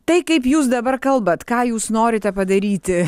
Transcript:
tai kaip jūs dabar kalbat ką jūs norite padaryti